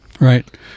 Right